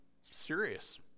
serious